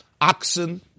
oxen